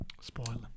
spoiler